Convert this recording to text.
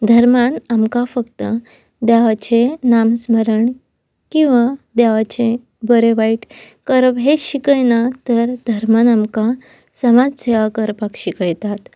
धर्मान आमकां फक्त देवाचें नाम स्मरण किंवां देवाचें बरें वायट करप हें शिकयना तर धर्मान आमकां समाज सेवा करपाक शिकयतात